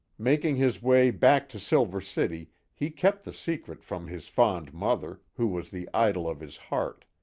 making his way back to silver city he kept the secret from his fond mother, who was the idol of his heart.